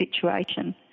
situation